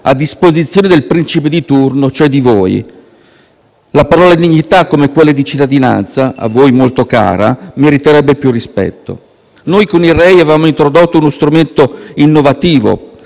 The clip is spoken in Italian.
a disposizione del principe di turno, cioè voi stessi. La parola dignità, come quella di cittadinanza, a voi molto cara, meriterebbe più rispetto: noi con il reddito di inclusione (REI) avevamo introdotto uno strumento innovativo,